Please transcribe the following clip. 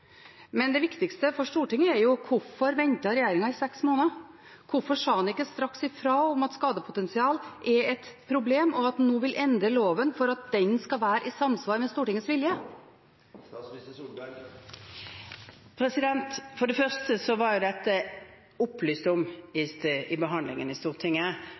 Men det viktigste for Stortinget er hvorfor regjeringen ventet i seks måneder. Hvorfor sa en ikke straks ifra om at skadepotensial er et problem, og at en nå vil endre loven for at den skal være i samsvar med Stortingets vilje? For det første var det i behandlingen i Stortinget opplyst om